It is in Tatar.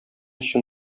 чын